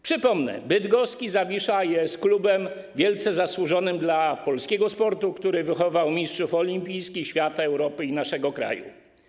Przypomnę, że bydgoski Zawisza jest klubem wielce zasłużonym dla polskiego sportu, który wychował mistrzów olimpijskich, świata, Europy i naszego kraju.